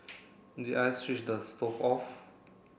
did I switch the stove off